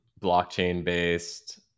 blockchain-based